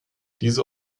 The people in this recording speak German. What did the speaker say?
diese